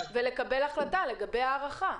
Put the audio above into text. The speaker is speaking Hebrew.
לקבל החלטה לגבי הארכה.